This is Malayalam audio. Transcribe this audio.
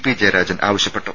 പി ജയരാജൻ ആവശ്യപ്പെട്ടു